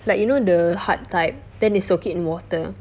like you know the hard type then they soak it in water